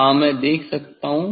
हां मैं देख सकता हूं